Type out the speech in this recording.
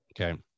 Okay